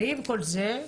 ועם כל זה,